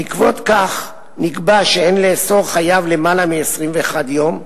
בעקבות כך נקבע שאין לאסור חייב למעלה מ-21 יום,